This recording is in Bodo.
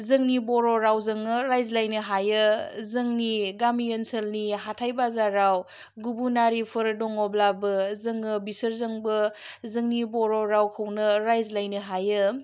जोंनि बर' रावजोंनो रायज्लाइनो हायो जोंनि गामि ओनसोलनि हाथाइ बाजाराव गुबुनारिफोर दङब्लाबो जोङो बिसोरजोंबो जोंनि बर' रावखौनो रायज्लाइनो हायो